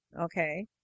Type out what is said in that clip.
Okay